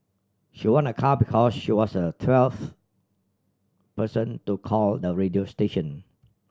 she won a car because she was a twelfth person to call the radio station